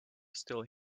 still